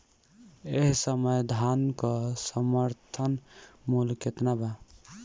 एह समय धान क समर्थन मूल्य केतना बा?